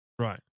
Right